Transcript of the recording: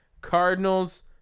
Cardinals